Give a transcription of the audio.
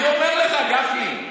אני אומר לך, גפני.